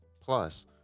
Plus